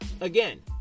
Again